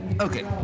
Okay